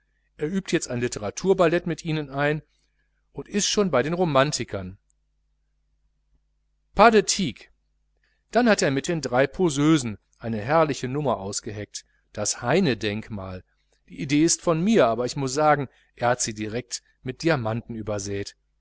er übt jetzt ein literaturballet mit ihnen ein und ist schon bei den romantikern pas de tieck dann hat er mit den drei poseusen eine herrliche nummer ausgeheckt das heinedenkmal die idee ist von mir aber ich muß sagen er hat sie direkt mit diamanten übersät